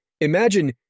Imagine